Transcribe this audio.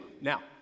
now